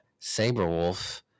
Saberwolf